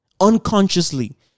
unconsciously